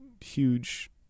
huge